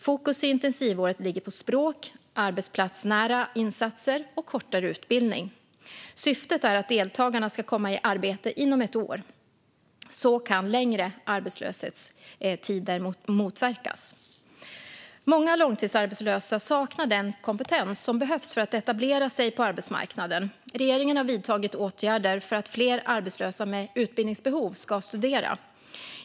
Fokus i intensivåret ligger på språk, arbetsplatsnära insatser och kortare utbildning. Syftet är att deltagarna ska komma i arbete inom ett år. Så kan längre arbetslöshetstider motverkas. Många långtidsarbetslösa saknar den kompetens som behövs för att etablera sig på arbetsmarknaden. Regeringen har vidtagit åtgärder för att fler arbetslösa med utbildningsbehov ska studera.